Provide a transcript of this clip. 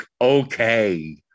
okay